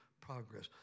progress